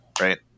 right